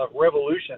revolution